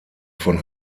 von